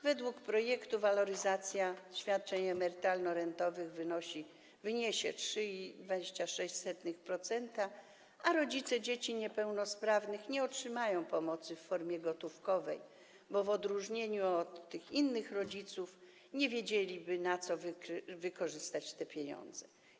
Według projektu waloryzacja świadczeń emerytalno-rentowych wyniesie 3,26%, a rodzice dzieci niepełnosprawnych nie otrzymają pomocy w formie gotówkowej, bo w odróżnieniu od innych rodziców nie wiedzieliby, na co wykorzystać te pieniądze.